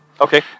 Okay